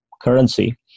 currency